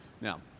Now